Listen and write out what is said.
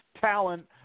talent